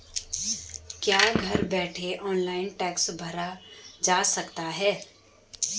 क्या घर बैठे ऑनलाइन टैक्स भरा जा सकता है?